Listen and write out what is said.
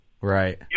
Right